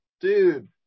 dude